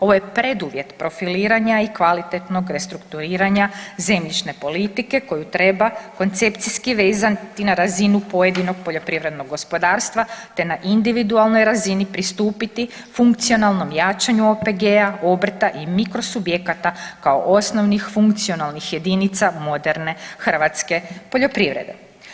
Ovo je preduvjet profiliranja i kvalitetnog restrukturiranja zemljišne politike koju treba koncepcijski vezati na razinu pojedinog poljoprivrednog gospodarstva, te na individualnoj razini pristupiti funkcionalnom jačanju OPG-a, obrta i mikro subjekata kao osnovnih funkcionalnih jedinica moderne hrvatske poljoprivrede.